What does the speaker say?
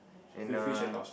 and a